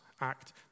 act